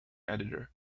editor